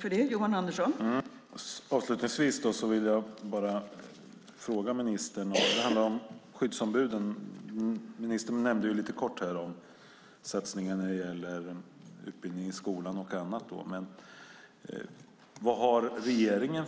Fru talman! Avslutningsvis vill jag fråga ministern om skyddsombuden. Ministern nämnde lite kort om satsningen på utbildning i skolan och annat. Vilka ambitioner har regeringen